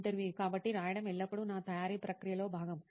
ఇంటర్వ్యూఈ కాబట్టి రాయడం ఎల్లప్పుడూ నా తయారీ ప్రక్రియలో భాగం